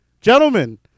Gentlemen